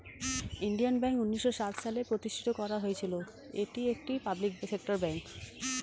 Indian bank উন্নিশো সাত সালে প্রতিষ্ঠিত করা হয়েছিল, এটি একটি পাবলিক সেক্টর ব্যাঙ্ক